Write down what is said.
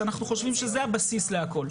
ואנחנו חושבים שזה הבסיס להכול.